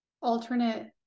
alternate